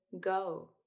go